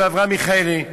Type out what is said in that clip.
הוא ואברהם מיכאלי,